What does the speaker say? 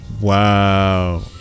Wow